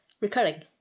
recurring